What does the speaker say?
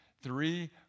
three